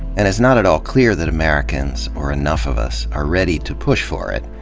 and it's not at all clear that americans, or enough of us, are ready to push for it.